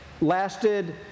lasted